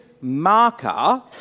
marker